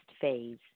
phase